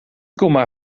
komma